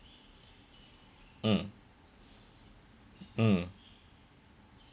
mm mm